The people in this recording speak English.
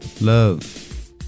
love